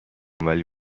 ولی